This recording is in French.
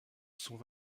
sont